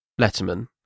Letterman